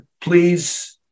please